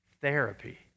therapy